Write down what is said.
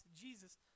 Jesus